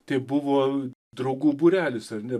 tai buvo draugų būrelis ar ne